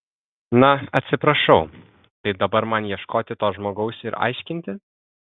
na atsiprašau tai dabar man ieškoti to žmogaus ir aiškinti